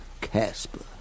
Casper